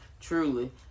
truly